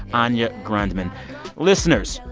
anya grundmann listeners,